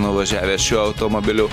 nuvažiavęs šiuo automobiliu